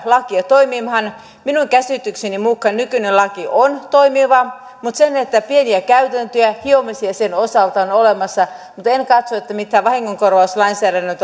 laki toimimaan minun käsitykseni mukaan nykyinen laki on toimiva mutta pieniä käytäntöjen hiomisia sen osalta on olemassa en katso että mitään vahingonkorvauslainsäädännön